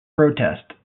protest